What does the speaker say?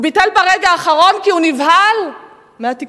הוא ביטל ברגע האחרון כי הוא נבהל מהתקשורת.